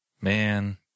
Man